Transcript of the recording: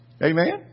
Amen